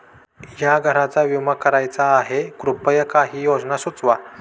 या घराचा विमा करायचा आहे कृपया काही योजना सुचवा